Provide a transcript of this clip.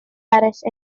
eraill